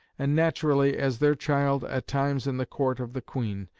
and naturally, as their child, at times in the court of the queen,